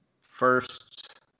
first